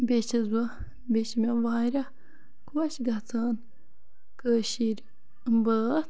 بیٚیہِ چھَس بہٕ بیٚیہِ چھِ مےٚ واریاہ خۄش گَژھان کٲشٕر بٲتھ